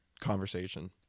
conversation